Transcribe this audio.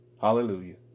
Hallelujah